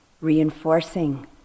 reinforcing